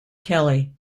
kelly